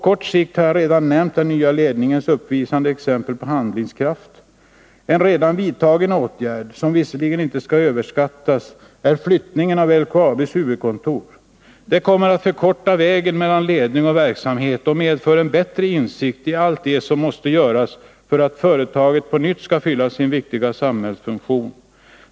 Jag har redan nämnt att den nya ledningen uppvisat exempel på handlingskraft, som kan ses som någonting positivt redan på kort sikt. En redan vidtagen åtgärd. som visserligen inte skall överskattas, är flyttningen av LKAB:s huvudkontor. Den kommer att förkorta vägen mellan ledning och verksamhet och medföra en bättre insikt i allt det som måste göras för att företaget på nytt skall fylla sin viktiga samhällsfunktion.